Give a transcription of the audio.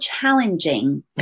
challenging